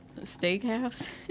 steakhouse